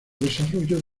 desarrollo